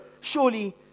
Surely